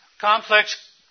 Complex